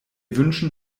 wünschen